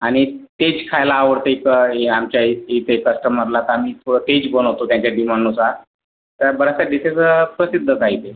आणि तेज खायला आवडते पण ही आमच्या इ इथे कस्टमरला तर आम्ही थोडं तेज बनवतो त्यांच्या डिमांडनुसार तर बराचसा डिशेस प्रसिद्धच आहेत इथे